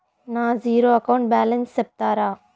నా zero account balance సెప్తారా?